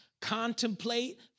contemplate